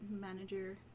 manager